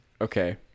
okay